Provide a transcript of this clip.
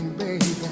baby